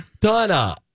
Donna